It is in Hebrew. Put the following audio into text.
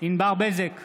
ענבר בזק,